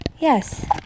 Yes